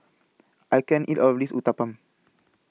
I can't eat All of This Uthapam